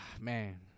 Man